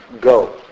go